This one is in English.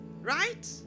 Right